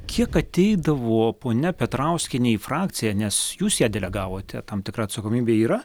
kiek ateidavo ponia petrauskienė į frakciją nes jūs ją delegavote tam tikra atsakomybė yra